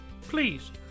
please